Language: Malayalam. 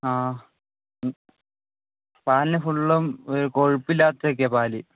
ആ പാലിന് ഫുള്ളും ഒരു കൊഴുപ്പില്ലാത്തതൊക്കെയാണ് പാല്